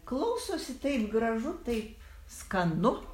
klausosi taip gražu taip skanu